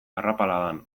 arrapaladan